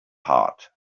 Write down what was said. heart